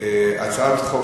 הצעת חוק